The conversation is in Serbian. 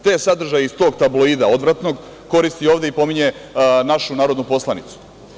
Te sadržaje iz tog „Tabloida“ odvratnog, koristi ovde i pominje našu narodnu poslanicu.